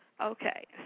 Okay